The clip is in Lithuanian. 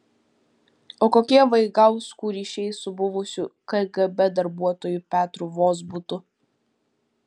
o kokie vaigauskų ryšiai su buvusiu kgb darbuotoju petru vozbutu